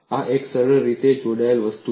આ એક સરળ રીતે જોડાયેલ વસ્તુ છે